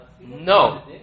No